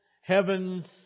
heaven's